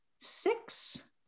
Six